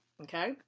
okay